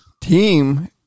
Team